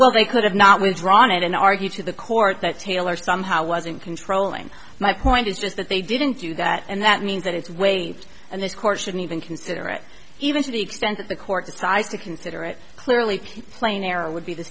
well they could have not withdrawn it and argued to the court that taylor somehow wasn't controlling my point is just that they didn't do that and that means that it's waived and this court should even consider it even to the extent that the court decides to consider it clearly keep playing era would be the